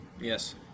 yes